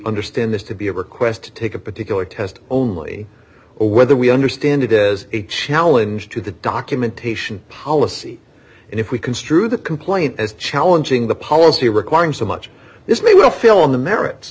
understand this to be a request to take a particular test only or whether we understand it is a challenge to the documentation policy and if we construe the complaint as challenging the policy requiring so much this may well fill in the merits